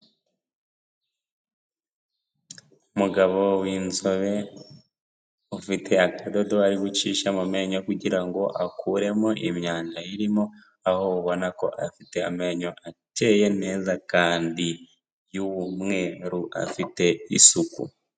Umugabo w'inzobe ufite akadodo ari gucisha mu menyo kugira ngo akuremo imyanda irimo, aho ubona ko afite amenyo acyeye neza, kandi y'umweru afite isuku.